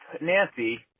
Nancy